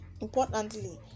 importantly